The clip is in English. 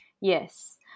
Yes